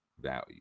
value